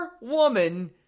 woman